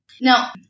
Now